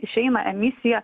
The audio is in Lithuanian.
išeina emisija